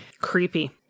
creepy